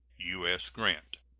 u s. grant.